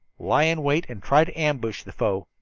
lie in wait and try to ambush the foe.